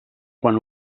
quan